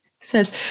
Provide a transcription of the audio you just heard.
says